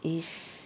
is